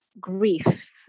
grief